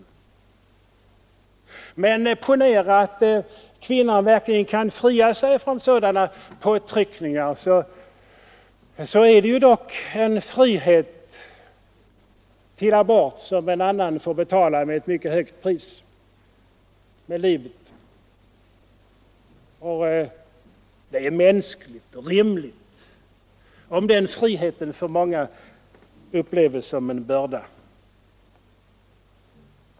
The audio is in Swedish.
Även om kvinnan verkligen kan fria sig från sådana påtryckningar, är det dock en frihet till abort som en annan varelse får betala med ett mycket högt pris, livet. Det är mänskligt och rimligt, om den friheten för många upplevs såsom en börda.